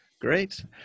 Great